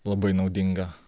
labai naudinga